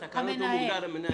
בתקנות הוא מוגדר המנהל.